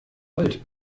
gold